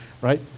right